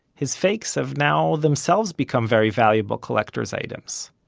his fakes have now themselves become very valuable collectors items.